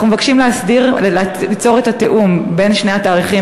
אנחנו מבקשים ליצור את התיאום בין שני התאריכים,